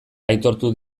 aitortu